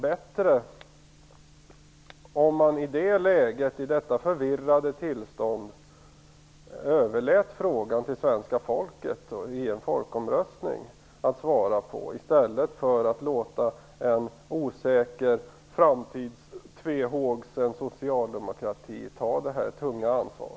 Vore det inte bättre att i detta förvirrade tillstånd överlåta till svenska folket att svara på frågan i en folkomröstning i stället för att låta en osäker och inför framtiden tvehågsen socialdemokrati ta detta tunga ansvar?